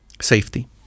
safety